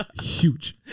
Huge